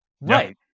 right